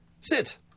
Sit